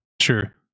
Sure